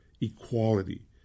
equality